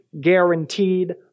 guaranteed